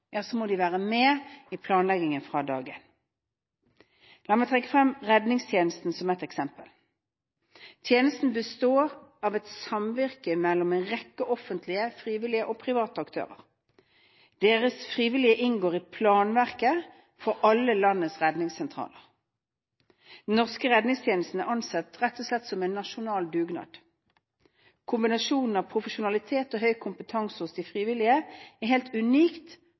ja, så må de være med i planleggingen fra dag én. La meg trekke frem redningstjenesten som et eksempel. Tjenesten består av et samvirke mellom en rekke offentlige, frivillige og private aktører. Deres frivillige inngår i planverket for alle landets redningssentraler. Den norske redningstjenesten er rett og slett ansett som en nasjonal dugnad. Kombinasjonen av profesjonalitet og høy kompetanse hos de frivillige er helt